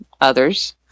others